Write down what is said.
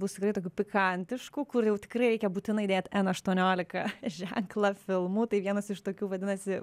bus tikrai tokių pikantiškų kur jau tikrai reikia būtinai dėt aštuoniolika ženklą filmų tai vienas iš tokių vadinasi